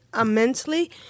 immensely